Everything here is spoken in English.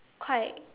quite